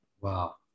Wow